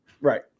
Right